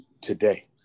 today